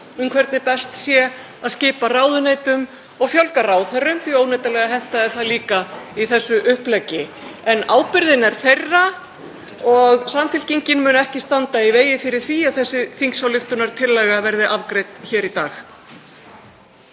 um hvernig best sé að skipa ráðuneytum — og fjölga ráðherrum, því að óneitanlega hentaði það líka í þessu uppleggi. En ábyrgðin er þeirra og Samfylkingin mun ekki standa í vegi fyrir því að þessi þingsályktunartillaga verði afgreidd hér í dag.